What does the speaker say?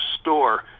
store